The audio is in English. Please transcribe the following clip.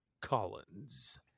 Collins